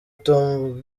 tom